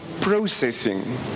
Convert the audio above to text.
Processing